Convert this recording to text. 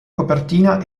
copertina